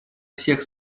всех